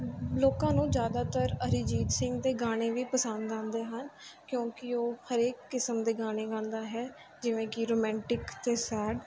ਲੋਕਾਂ ਨੂੰ ਜ਼ਿਆਦਾਤਰ ਅਰੀਜੀਤ ਸਿੰਘ ਦੇ ਗਾਣੇ ਵੀ ਪਸੰਦ ਆਉਂਦੇ ਹਨ ਕਿਉਂਕਿ ਉਹ ਹਰੇਕ ਕਿਸਮ ਦੇ ਗਾਣੇ ਗਾਉਂਦਾ ਹੈ ਜਿਵੇਂ ਕਿ ਰੋਮੈਂਟਿਕ ਅਤੇ ਸੈਡ